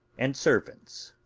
and servants.